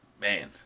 Man